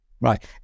Right